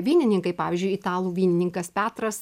vynininkai pavyzdžiui italų vynininkas petras